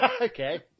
Okay